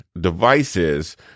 devices